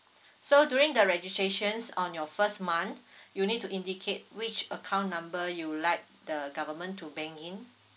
so during the registrations on your first month you need to indicate which account number you'd like the government to bank in